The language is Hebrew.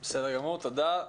תודה.